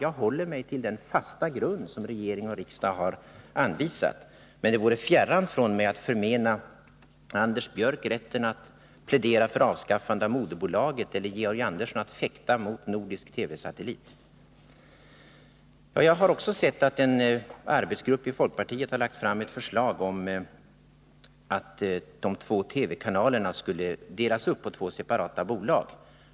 Jag håller mig till den fasta grund som regering och riksdag har anvisat. Det vore mig fjärran att förmena Anders Björck rätten att plädera för ett avskaffande av moderbolaget eller att förmena Georg Andersson rätten att fäkta mot förverkligandet av planerna på en nordisk TV-satellit. Jag har sett att en arbetsgrupp i folkpartiet har lagt fram ett förslag om att de två TV-kanalerna skulle delas upp på två separata bolag.